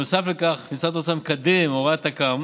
נוסף לכך, משרד האוצר מקדם הוראת תכ"מ